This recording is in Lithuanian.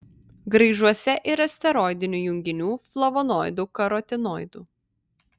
graižuose yra steroidinių junginių flavonoidų karotinoidų